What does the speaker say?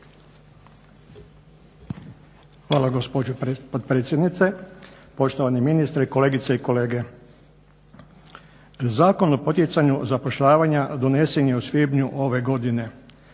Hvala gospođo potpredsjednice, poštovani ministre, kolegice i kolege. Zakon o poticanju zapošljavanja donesen je u svibnju ove godine.